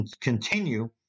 continue